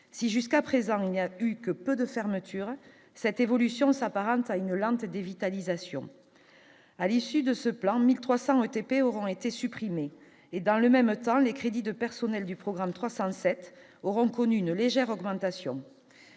si jusqu'à présent, il n'y a eu que peu de fermeture, cette évolution s'apparente à une lente dévitalisation, à l'issue de ce plan : 1300 ATP auront été supprimés et dans le même temps, les crédits de personnel du programme 307 auront connu une légère augmentation,